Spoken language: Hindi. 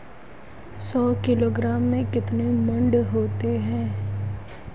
सौ किलोग्राम में कितने मण होते हैं?